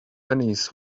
pennies